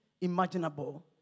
imaginable